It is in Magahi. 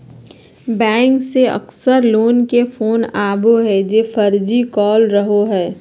बैंक से अक्सर लोग के फोन आवो हइ जे फर्जी कॉल रहो हइ